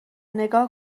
نگاه